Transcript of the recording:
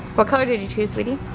what color did you choose, sweetie?